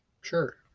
sure